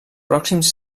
pròxims